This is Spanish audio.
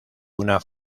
una